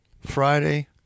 Friday